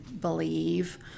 believe